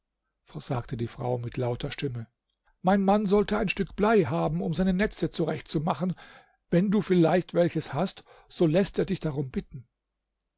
sagte die frau mit lauter stimme mein mann sollte ein stück blei haben um seine netze zurecht zu machen wenn du vielleicht welches hast so läßt er dich darum bitten